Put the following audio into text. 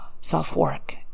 self-work